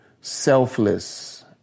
selfless